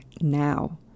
now